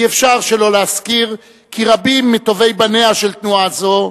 אי-אפשר שלא להזכיר כי רבים מטובי בניה של תנועה זו,